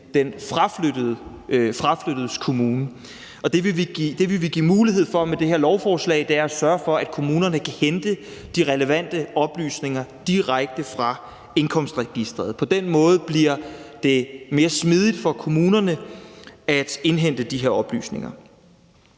den fraflyttedes kommune. Med det her lovforslag vil vi give mulighed for, at kommunerne kan hente de relevante oplysninger direkte fra indkomstregisteret. På den måde bliver det mere smidigt for kommunerne at indhente de her oplysninger.